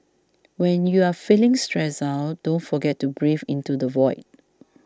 when you are feeling stressed out don't forget to breathe into the void